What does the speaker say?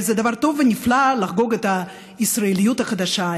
זה דבר טוב ונפלא לחגוג את הישראליות החדשה,